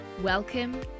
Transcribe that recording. Welcome